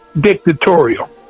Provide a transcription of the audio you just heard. dictatorial